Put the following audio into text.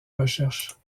recherche